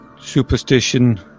superstition